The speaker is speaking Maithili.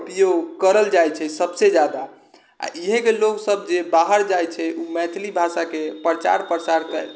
उपयोग करल जाइ छै सबसँ जादा आओर इहेके लोक सब जे बाहर जाइ छै उ मैथिली भाषाके प्रचार प्रसारके